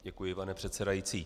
Děkuji, pane předsedající.